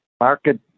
market